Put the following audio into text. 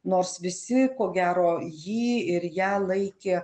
nors visi ko gero jį ir ją laikė